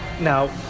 now